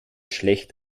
schlecht